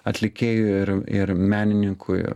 atlikėjui ir ir menininkui